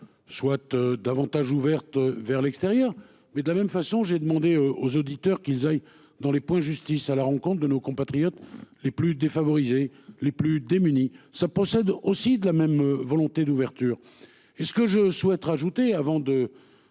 tu davantage ouverte vers l'extérieur mais de la même façon, j'ai demandé aux auditeurs qu'ils aillent dans les points justice à la rencontre de nos compatriotes les plus défavorisés, les plus démunis ça possède aussi de la même volonté d'ouverture et ce que je souhaite rajouter avant de